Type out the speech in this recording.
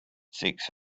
six